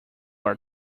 are